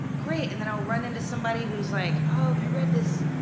great, and then i'll run into somebody who's like, oh, have you read this,